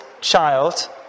child